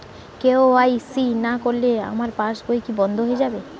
KYC না করলে আমার পাশ বই কি বন্ধ হয়ে যাবে?